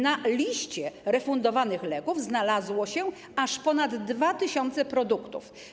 Na liście refundowanych leków znalazło się aż ponad 2 tys. produktów.